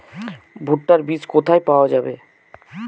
ভুট্টার বিজ কোথায় পাওয়া যাবে?